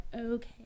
okay